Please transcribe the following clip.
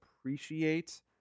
appreciate